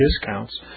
discounts